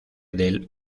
del